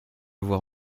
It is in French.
voir